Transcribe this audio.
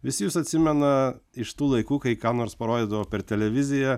visi jus atsimena iš tų laikų kai ką nors parodydavo per televiziją